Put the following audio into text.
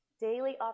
Daily